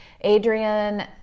Adrian